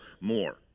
more